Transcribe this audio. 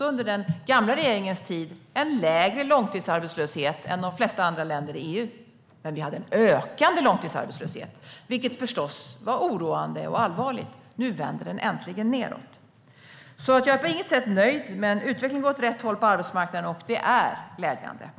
Under den gamla regeringens tid hade vi en lägre långtidsarbetslöshet än de flesta andra länderna i EU. Men vi hade en ökande långtidsarbetslöshet, vilket förstås var oroande och allvarligt. Nu vänder den äntligen nedåt. Jag är på inget sätt nöjd. Men utvecklingen går åt rätt håll på arbetsmarknaden, och det är glädjande.